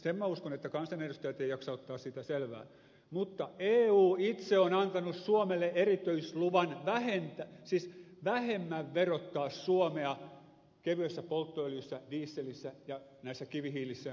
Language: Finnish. sen uskon että kansanedustajat eivät jaksa ottaa siitä selvää mutta eu itse on antanut suomelle erityisluvan vähemmän verottaa kevyessä polttoöljyssä dieselissä kivihiilessä ja muissa